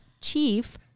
Chief